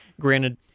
Granted